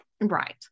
Right